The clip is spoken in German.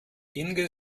inge